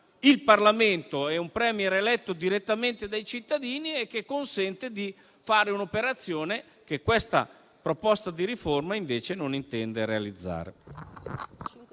il Parlamento e un *Premier* eletto direttamente dai cittadini e consente di fare un'operazione che questa proposta di riforma invece non intende realizzare.